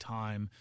time